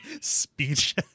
speech